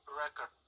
record